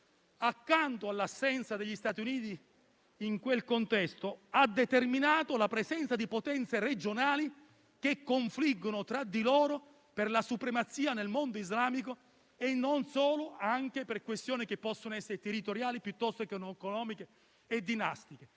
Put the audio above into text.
accanto all'assenza degli Stati Uniti in quel contesto, ha determinato la presenza di potenze regionali che confliggono tra di loro per la supremazia nel mondo islamico e non solo, anche per questioni che possono essere territoriali, economiche e dinastiche.